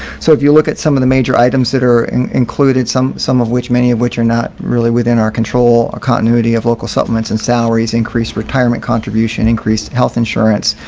so if you look at some of the major items that are and included some some of which many of which are not really within our control a continuity of local supplements and salaries, increase retirement contribution increased health insurance,